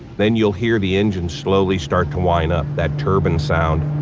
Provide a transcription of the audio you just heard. then you'll hear the engines slowly start to whine up, that turbine sound.